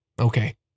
Okay